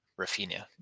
Rafinha